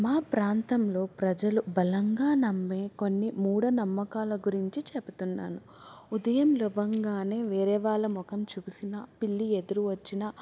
మా ప్రాంతంలో ప్రజలు బలంగా నమ్మే కొన్ని మూడ నమ్మకాల గురించి చెబుతున్నాను ఉదయం లెవగానే వేరే వాళ్ళ మొఖం చూసిన పిల్లి ఎదురు వచ్చినా